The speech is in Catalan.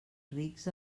rics